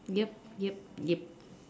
yep yep yep